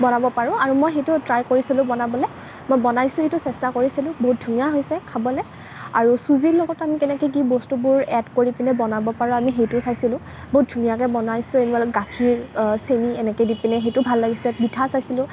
বনাব পাৰোঁ আৰু মই সেইটো ট্ৰাই কৰিছিলোঁ বনাবলৈ মই বনাইছোঁ সেইটো চেষ্টাও কৰিছিলোঁ বহুত ধুনীয়া হৈছে খাবলৈ আৰু চুজিৰ লগত আমি কেনেকৈ কি বস্তুবোৰ এড কৰি পিনে বনাব পাৰোঁ আমি সেইটোও চাইছিলোঁ বহুত ধুনীয়াকৈ বনাইছে গাখীৰ চেনি এনেকৈ দি পিনে সেইটো ভাল লাগিছে পিঠা চাইছিলোঁ